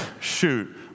shoot